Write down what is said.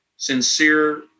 sincere